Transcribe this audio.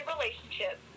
relationship